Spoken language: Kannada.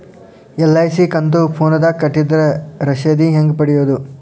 ಎಲ್.ಐ.ಸಿ ಕಂತು ಫೋನದಾಗ ಕಟ್ಟಿದ್ರ ರಶೇದಿ ಹೆಂಗ್ ಪಡೆಯೋದು?